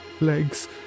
legs